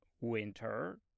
winter